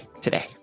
today